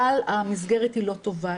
כלל המסגרת לא טובה.